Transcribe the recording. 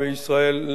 לא מייד,